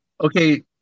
okay